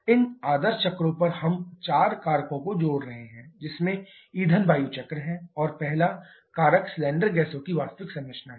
इन आदर्श चक्रों पर हम चार कारकों को जोड़ रहे हैं जिसमें ईंधन वायु चक्र है और पहला कारक सिलेंडर गैसों की वास्तविक संरचना है